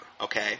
okay